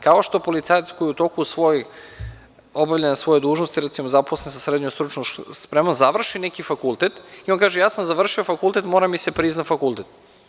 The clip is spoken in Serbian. Kao što policajac koji u toku obavljanja svojih dužnosti, recimo zaposlen sa srednjom stručnom spremom, završi neki fakultet, i on kaže – ja sam završio fakultet, mora da mi se prizna fakultet.